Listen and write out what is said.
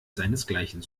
seinesgleichen